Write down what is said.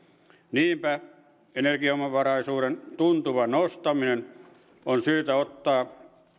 niinpä energiaomavaraisuuden tuntuva nostaminen on syytä ottaa